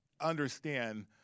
understand